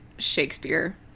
shakespeare